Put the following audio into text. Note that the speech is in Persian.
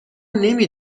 نمی